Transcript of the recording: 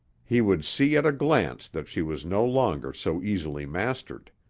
he would see at a glance that she was no longer so easily mastered.